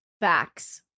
Facts